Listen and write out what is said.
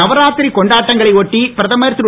நவராத்திரி கொண்டாட்டங்களை ஒட்டி பிரதமர் திரு